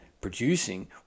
producing